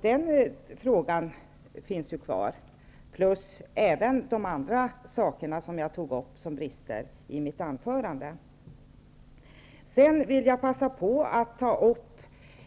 Den frågan och andra brister som jag tog upp kvarstår således. Jag vill passa på att ta upp